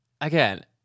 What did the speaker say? again